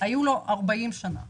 היו לו 40 שנה